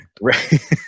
right